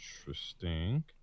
Interesting